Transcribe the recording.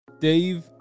Dave